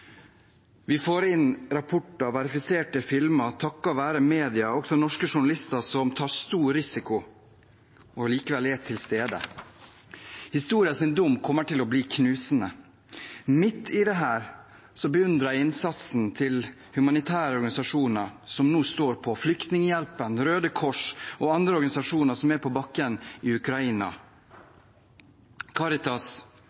Vi får inn rapporter og verifiserte filmer, takket være media, også norske journalister, som tar stor risiko og likevel er til stede. Historiens dom kommer til å bli knusende. Midt i dette beundrer jeg innsatsen til humanitære organisasjoner som nå står på, f.eks. Flyktninghjelpen, Røde Kors og andre organisasjoner som er på bakken i Ukraina. Caritas, med sitt store nettverk i